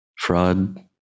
Fraud